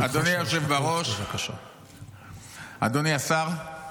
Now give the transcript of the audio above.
אדוני היושב בראש, אדוני השר,